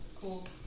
cool